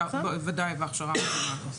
ודאי, והכשרה מתאימה.